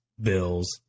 Bills